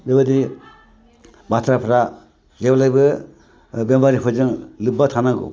बेबायदि बाथ्राफ्रा जेब्लायबो बेमारिफोरजों लोब्बा थानांगौ